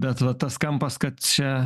bet va tas kampas kad čia